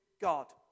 God